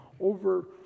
over